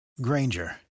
Granger